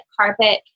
carpet